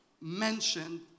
mentioned